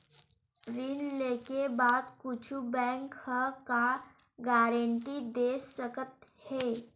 ऋण लेके बाद कुछु बैंक ह का गारेंटी दे सकत हे?